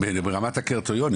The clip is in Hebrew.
ברמת הקריטריונים.